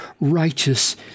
righteous